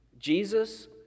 Jesus